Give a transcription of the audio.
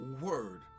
word